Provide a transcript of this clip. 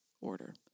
order